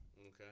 Okay